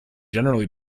generally